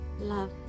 love